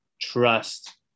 trust